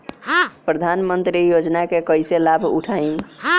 प्रधानमंत्री योजना के कईसे लाभ उठाईम?